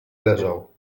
leżał